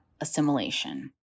assimilation